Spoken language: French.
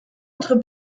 entre